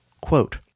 Quote